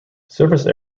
surface